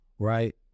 right